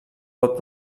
pot